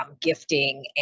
gifting